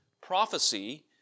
prophecy